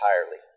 entirely